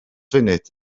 funud